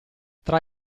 tra